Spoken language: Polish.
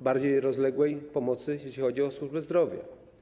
bardziej rozległej pomocy, jeśli chodzi o służbę zdrowia.